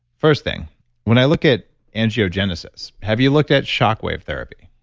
first thing when i look at angiogenesis, have you looked at shockwave therapy?